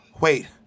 Wait